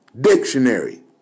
dictionary